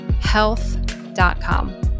health.com